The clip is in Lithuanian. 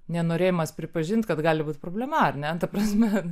nenorėjimas pripažinti kad gali būti problema ar ne ta prasme